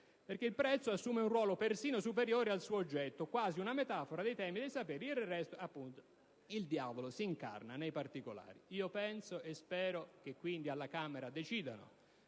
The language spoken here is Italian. «Perché il prezzo assume un ruolo persino superiore al suo oggetto, quasi una metafora del tema dei saperi: del resto, il diavolo s'incarna nei particolari». Spero, quindi, che alla Camera decidano